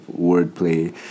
wordplay